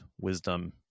wisdom